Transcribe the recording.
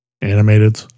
animated